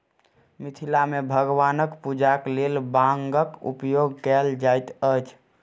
मिथिला मे भगवानक पूजाक लेल बांगक उपयोग कयल जाइत अछि